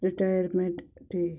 retirement day